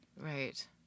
Right